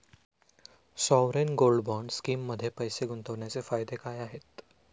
Sovereign gold bond स्कीममध्ये पैसे गुंतवण्याचे फायदे काय आहेत?